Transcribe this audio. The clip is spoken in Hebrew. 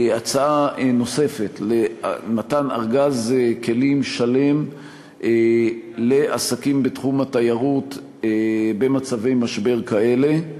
הצעה נוספת למתן ארגז כלים שלם לעסקים בתחום התיירות במצבי משבר כאלה.